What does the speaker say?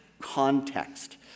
context